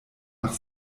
nach